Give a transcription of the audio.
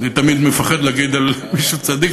אני תמיד מפחד להגיד על מישהו "צדיק",